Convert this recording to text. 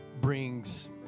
brings